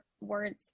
words